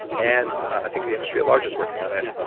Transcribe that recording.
and i think the industry at large is working on it.